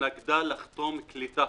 שהתנגדה לחתום על מעבר למשרד העלייה והקליטה.